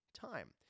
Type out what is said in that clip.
time